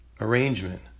arrangement